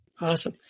Awesome